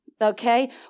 Okay